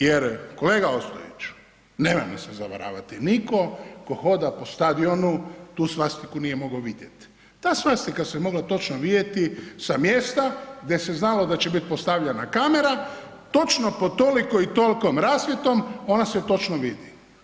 Jer kolega Ostojić, nemojmo se zavaravati, nitko tko hoda po stadionu tu svastiku nije mogao vidjet, ta svastika se točno mogla vidjeti sa mjesta gdje se znalo da će biti postavljena kamera, točno pod toliko i tolkom rasvjetom ona se točno vidi.